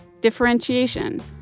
differentiation